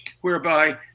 whereby